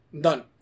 Done